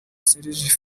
serge